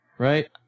Right